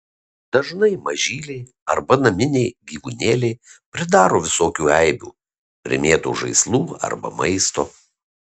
dažnai mažyliai arba naminiai gyvūnėliai pridaro visokių eibių primėto žaislų arba maisto